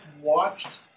watched